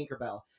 Tinkerbell